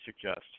suggest